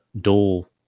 dual